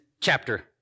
chapter